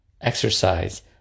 exercise